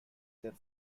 their